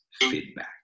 feedback